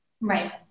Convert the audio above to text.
Right